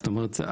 זאת אומרת,